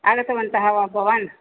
आगतवन्तः वा भवान्